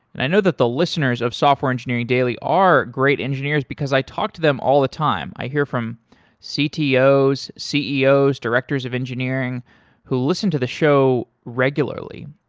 and i know that the listeners of software engineering daily are great engineers because i talked to them all the time. i hear from ctos, ceos, directors of engineering who listen to the show regularly.